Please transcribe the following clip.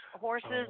horses